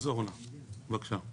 אורנה בבקשה.